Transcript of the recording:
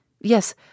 Yes